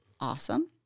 awesome